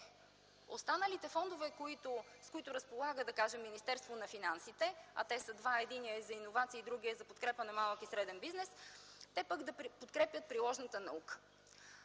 останалите фондове, с които разполага, да кажем, Министерството на финансите, а те са два – единият е за иновации, другият е за подкрепа на малък и среден бизнес, да подкрепят приложната наука.